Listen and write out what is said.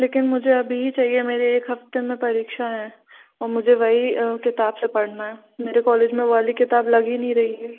लेकिन मुझे अभी ही चाहिए मेरी एक हफ्ते में परीक्षा है और मुझे वही किताब से पढ़ना है मेरे कॉलेज में वो वाली किताब लग ही नहीं रही है